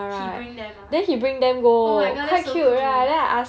he bring them ah oh my god that's so cool